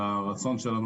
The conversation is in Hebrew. והרצון שלנו